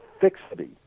fixity